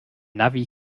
navi